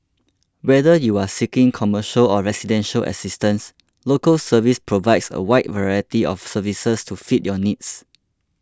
whether you are seeking commercial or residential assistance Local Service provides a wide variety of services to fit your needs